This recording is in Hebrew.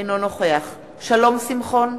אינו נוכח שלום שמחון,